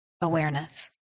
awareness